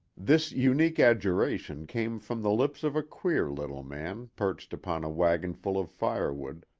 this unique adjuration came from the lips of a queer little man perched upon a wagonful of firewood,